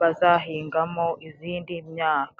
bazahingamo iyindi myaka.